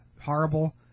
horrible